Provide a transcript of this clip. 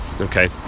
Okay